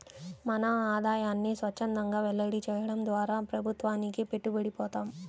మన ఆదాయాన్ని స్వఛ్చందంగా వెల్లడి చేయడం ద్వారా ప్రభుత్వానికి పట్టుబడి పోతాం